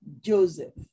Joseph